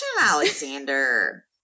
Alexander